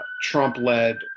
Trump-led